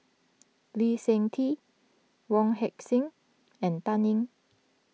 Lee Seng Tee Wong Heck Sing and Dan Ying